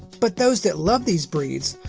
but, those that love these breeds,